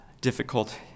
difficult